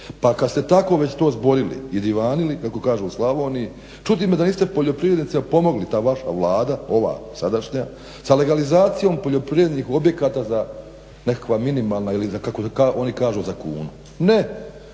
Pa kad ste tako već to zborili i divanili kako kažu u Slavoniji, čudi me da niste poljoprivrednicima pomogli, ta vaša Vlada, ova sadašnja sa legalizacijom poljoprivrednih objekata za nekakva minimalna, ili kako da kažem, ili kako oni